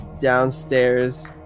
downstairs